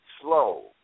slow